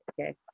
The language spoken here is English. okay